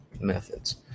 methods